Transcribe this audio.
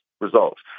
results